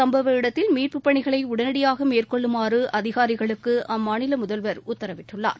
சும்பவ இடத்தில் மீட்பு பணிகளை உடனடியாக மேற்கொள்ளுமாறு அதிகாரிகளுக்கு கர்நாடகா முதல்வர் உத்தரவிட்டுள்ளார்